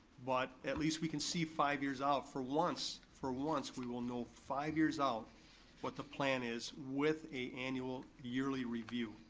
but at least we can see five years out, for once, for once we will know five years out what the plan is with a annual yearly review.